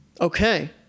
Okay